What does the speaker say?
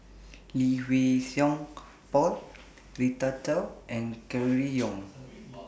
Lee Wei Song Paul Rita Chao and Gregory Yong